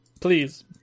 Please